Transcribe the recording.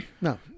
No